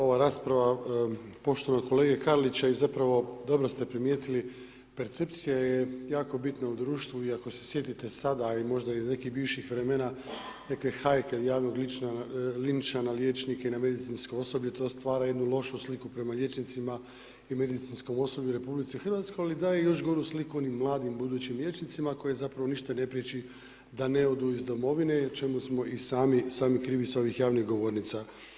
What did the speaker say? Ova rasprava poštovanog kolege Karlića je zapravo, dobro ste primijetili, percepcija je jako bitna u društvu i ako se sjetite sada i možda bivših vremena, neke hajke ili javno linačna na liječnike i na medicinsko osoblje, to stvara jednu lošu sliku prema liječnicima i medicinskom osoblju u RH, ali daje još goru sliku, onim mladim budućim liječnicima, koji zapravo ništa ne priječi da ne odu iz domovine, o čemu smo i sami krivi s ovim javnih govornica.